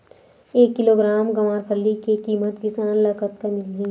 एक किलोग्राम गवारफली के किमत किसान ल कतका मिलही?